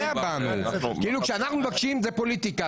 כשאנחנו מבקשים זה פוליטיקה,